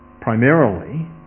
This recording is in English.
primarily